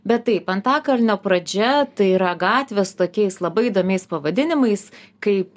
bet taip antakalnio pradžia tai yra gatvės su tokiais labai įdomiais pavadinimais kaip